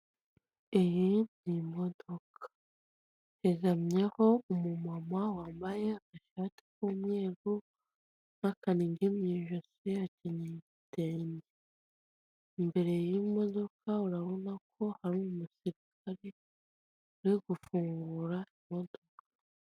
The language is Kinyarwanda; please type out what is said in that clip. Iyi ni imodoka. Yegamyeho umu mama wambaye agashati k'umweru n'akanigi mw'ijosi, acyenyeye igitenge. Imbere y'imodoka urabonako hari umusirikare, uri gufungura imodoka.